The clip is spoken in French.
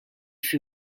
fut